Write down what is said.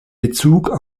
bezug